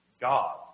god